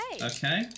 Okay